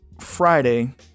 Friday